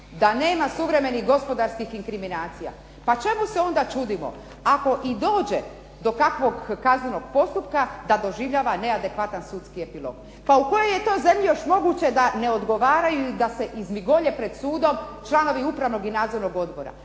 da nema suvremenih gospodarskih inkriminacija. Pa čemu se onda čudimo? Ako i dođe do kakvog kaznenog postupka doživljava neadekvatan sudski epilog. Pa u kojoj je to zemlji još moguće da ne odgovaraju ili da se izmigolje pred sudom članovi upravnog i nadzornog odbora.